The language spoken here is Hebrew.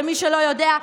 למי שלא יודע,